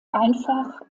einfach